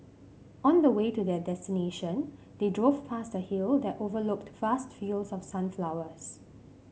on the way to their destination they drove past a hill that overlooked vast fields of sunflowers